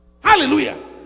Hallelujah